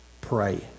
pray